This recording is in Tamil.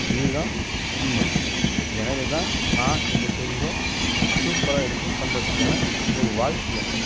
இது தான் உண்மை எனவே தான் நான் இந்த தொழிலில் சூப்பராக எடுத்து பண்ணுறத்துக்கான ஒரு வாய்ப்பு எனக்கு